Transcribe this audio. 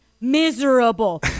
miserable